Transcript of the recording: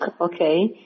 okay